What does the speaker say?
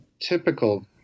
typical